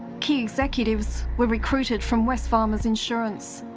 key executives were recruited from wesfarmers insurance,